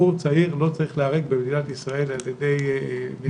בחור צעיר לא צריך להיהרג במדינת ישראל על ידי --- מרדף.